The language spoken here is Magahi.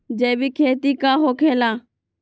जैविक खेती का होखे ला?